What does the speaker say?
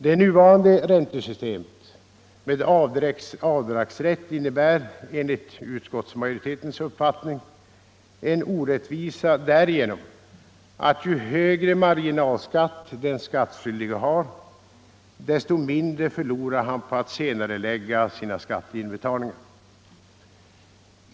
Det nuvarande räntesystemet med avdragsrätt innebär — enligt utskottsmajoritetens uppfattning — en orättvisa därigenom att ju högre marginalskatt den skattskyldige har, desto mindre förlorar han på att senarelägga sina skatteinbetalningar.